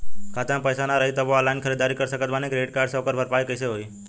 खाता में पैसा ना रही तबों ऑनलाइन ख़रीदारी कर सकत बानी क्रेडिट कार्ड से ओकर भरपाई कइसे होई?